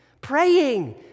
Praying